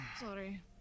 Sorry